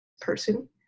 person